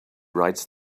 writes